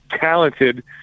talented